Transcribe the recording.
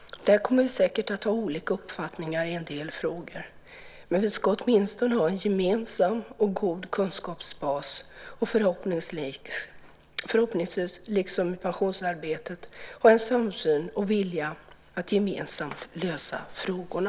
Där kommer vi säkert att ha olika uppfattningar i en del frågor, men vi ska åtminstone ha en gemensam och god kunskapsbas och förhoppningsvis liksom i pensionsarbetet ha en samsyn och vilja att gemensamt lösa frågorna.